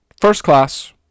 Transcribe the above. First-class